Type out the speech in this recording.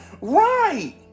Right